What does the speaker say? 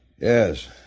Yes